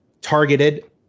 targeted